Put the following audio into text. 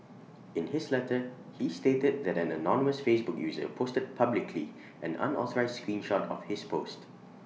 in his letter he stated that an anonymous Facebook user posted publicly an unauthorised screen shot of his post